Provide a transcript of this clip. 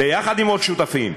יחד עם עוד שותפים,